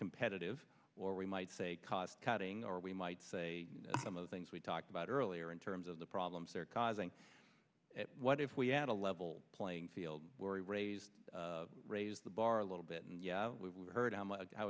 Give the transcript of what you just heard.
competitive or we might say cost cutting or we might say some of the things we talked about earlier in terms of the problems they're causing what if we had a level playing field where we raise raise the bar a little bit and yeah we've heard how